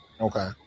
Okay